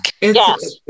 Yes